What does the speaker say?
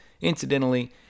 Incidentally